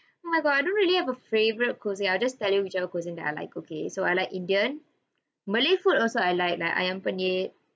oh my god I don't really have a favourite cuisine I'll just tell you whichever cuisine that I like okay so I like indian malay food also I like like ayam penyet